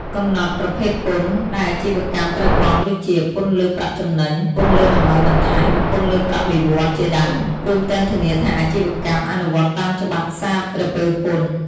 កំណត់ ប្រភេទពន្ធ ដែលអាជីវកម្មត្រូវបង់ ដូចជា ពន្ធលើប្រាក់ចំណេញ ពន្ធលើតម្លៃបន្ថែម ពន្ធលើប្រាក់បៀវត្សរ៍ ជាដើម រួមទាំងធានាថាអាជីវកម្ម អនុវត្តតាមច្បាប់សារពើពន្ធ។